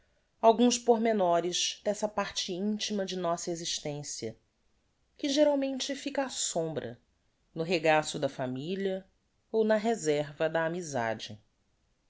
alguns pormenores dessa parte intima de nossa existencia que geralmente fica á sombra no regaço da familia ou na reserva da amizade